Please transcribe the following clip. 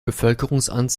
bevölkerungszahl